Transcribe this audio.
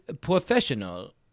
professional